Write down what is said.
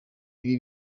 ibi